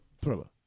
Thriller